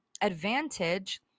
advantage